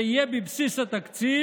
זה יהיה בבסיס התקציב,